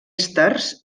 èsters